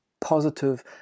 positive